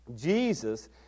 Jesus